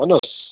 भन्नुहोस्